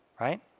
right